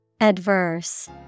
Adverse